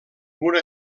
una